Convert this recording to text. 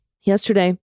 Yesterday